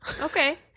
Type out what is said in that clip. Okay